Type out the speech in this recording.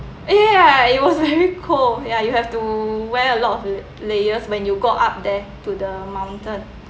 ya ya ya it was very cold ya you have to wear a lot of layers when you go up there to the mountain